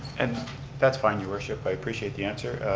and that's fine you worship. i appreciate the answer.